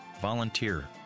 Volunteer